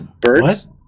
Birds